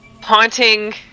haunting